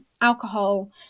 alcohol